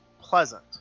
pleasant